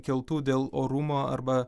keltų dėl orumo arba